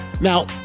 Now